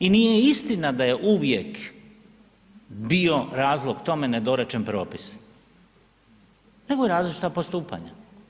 I nije istina da je uvijek bio razlog tome nedorečen propis nego različita postupanja.